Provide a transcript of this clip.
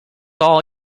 all